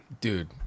dude